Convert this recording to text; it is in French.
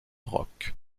rock